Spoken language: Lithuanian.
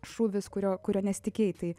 šūvis kurio kurio nesitikėjai tai